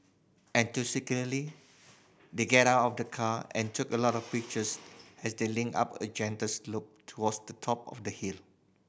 enthusiastically they get out of the car and took a lot of pictures as they linked up a gentle slope towards the top of the hill